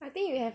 I think you have